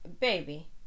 baby